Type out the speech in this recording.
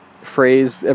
phrase